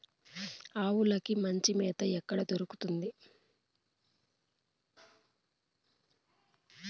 ఆవులకి మంచి మేత ఎక్కడ దొరుకుతుంది?